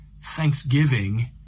Thanksgiving